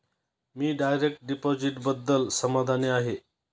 मी direct डिपॉझिटबद्दल समाधानी आहे